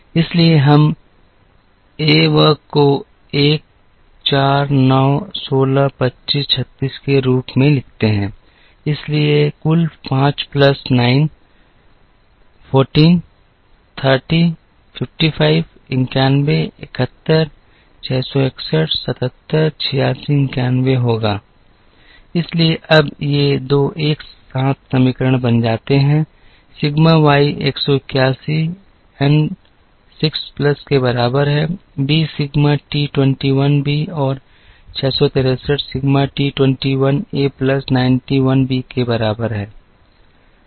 इसलिए हम 1 वर्ग को 1 4 9 16 25 36 के रूप में लिखते हैं इसलिए यह कुल 5 प्लस 9 14 30 55 91 71 661 77 86 91 होगा इसलिए अब ये 2 एक साथ समीकरण बन जाते हैं सिग्मा वाई 181 ना 6 प्लस के बराबर है b सिग्मा t 21 b और 663 sigma t 21 a plus 91 b के बराबर है